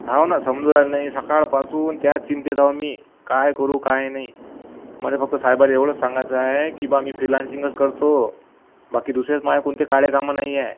हो नं समजून राहिलं नाही सकाळपासून त्याच चिंतेत आहे मी काय करू काय नाही मला फक्त साहेबाला एवढंच सांगायचं आहे की ब्वा मी फ्रिलान्सिंगच करतो बाकी दुसऱ्याच माझे कोणते काळे कामं नाही आहे